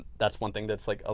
that's one thing that's like, ah